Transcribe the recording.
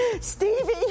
Stevie